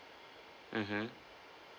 mmhmm